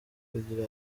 kugira